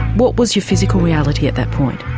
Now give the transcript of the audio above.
what was your physical reality at that point?